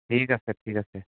ঠিক আছে ঠিক আছে